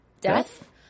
death